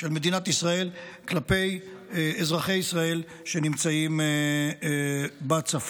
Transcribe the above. של מדינת ישראל כלפי אזרחי ישראל שנמצאים בצפון.